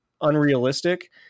unrealistic